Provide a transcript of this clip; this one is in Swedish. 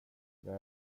jag